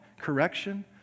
correction